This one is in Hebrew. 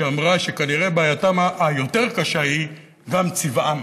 שאמרה שכנראה בעייתם היותר-קשה היא צבעם.